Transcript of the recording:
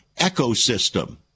ecosystem